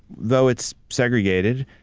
though it's segregated,